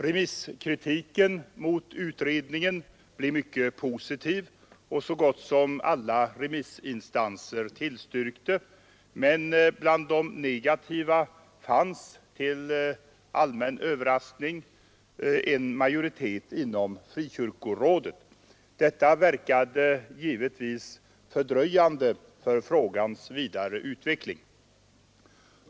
Remisskritiken mot utredningen blev mycket positiv, och så gott som alla remissinstanser tillstyrkte, men bland de negativa fanns — till allmän överraskning en majoritet inom Sveriges frikyrkoråd. Detta verkade givetvis fördröjande för frågans vidare utveckling.